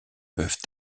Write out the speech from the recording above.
peuvent